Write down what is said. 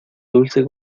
dulce